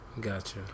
gotcha